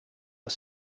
are